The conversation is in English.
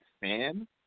fan